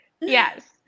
yes